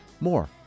More